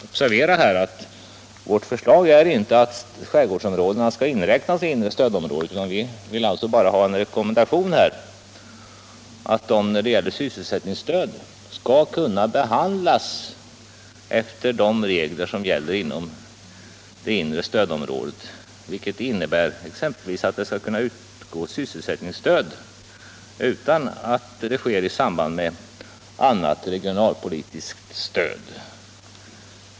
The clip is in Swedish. Observera här att vårt förslag inte är att skärgårdsområdena skall inräknas i inre stödområdet, utan att vi bara vill ha en rekommendation om att de när det gäller sysselsättningstöd skall kunna behandlas i enlighet med de regler som gäller inom det inre stödområdet, vilket innebär att exempelvis sysselsättningstöd skall kunna utgå utan att det sker i samband med utbetalandet av annat regionalpolitiskt stöd.